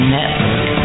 Network